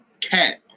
Cat